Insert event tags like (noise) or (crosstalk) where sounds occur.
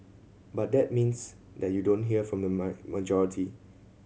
but that means that you don't hear from the (unintelligible) majority